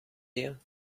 you